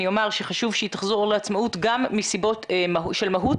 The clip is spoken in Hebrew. אני אומר שחשוב שהיא תחזור לעצמאות גם מסיבות של מהות,